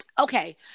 Okay